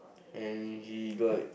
and he got